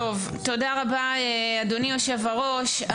תודה רבה, אדוני היושב-ראש.